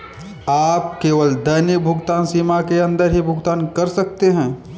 आप केवल दैनिक भुगतान सीमा के अंदर ही भुगतान कर सकते है